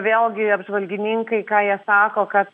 vėlgi apžvalgininkai ką jie sako kad